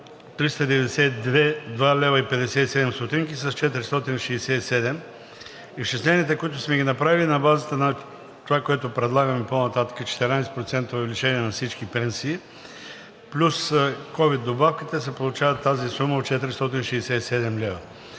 392,57 лв. с 467 лв. Изчисленията, които сме направили, са на базата на това, което предлагаме по-нататък – 14% увеличение на всички пенсии плюс ковид добавката се получава тази сума от 467 лв.